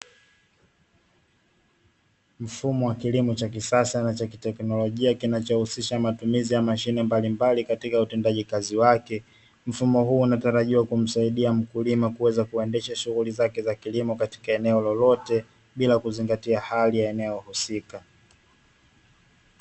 Mfumo wa kilimo cha kisasa na cha kiteknolojia, kinachohusisha matumizi ya mashine mbalimbali katika utendaji kazi wake. Mfumo huu unatarajiwa kumsaidia mkulima kuweza kuendesha shughuli zake za kilimo katika eneo lolote, bila kuzingatia hali ya eneo husika.